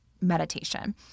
meditation